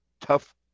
Tough